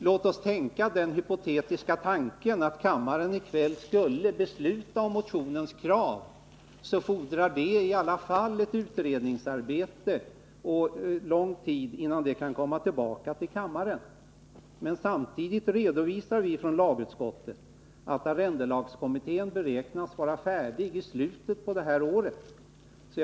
Låt oss tänka den hypotetiska tanken att kammaren i kväll skulle bifalla motionens krav. Det skulle i alla fall fordras ett utredningsarbete, och det tar lång tid innan förslaget kan komma tillbaka till kammaren. Lagutskottet redovisar att arrendelagskommittén beräknas vara färdig med sitt arbete i slutet av detta år.